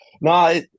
No